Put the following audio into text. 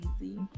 easy